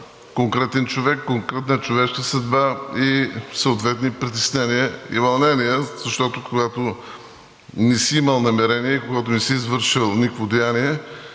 конкретен човек, конкретна човешка съдба и съответни притеснения, и вълнения. Защото, когато не си имал намерение, когато не си извършил никакво деяние